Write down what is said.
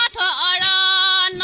da da